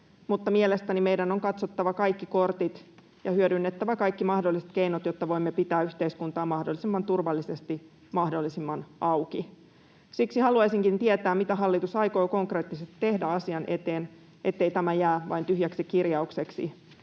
Mielestäni meidän on katsottava kaikki kortit ja hyödynnettävä kaikki mahdolliset keinot, jotta voimme pitää yhteiskuntaa mahdollisimman turvallisesti mahdollisimman auki. Siksi haluaisinkin tietää, mitä hallitus aikoo konkreettisesti tehdä asian eteen, ettei tämä jää vain tyhjäksi kirjaukseksi,